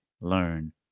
learn